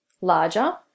larger